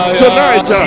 tonight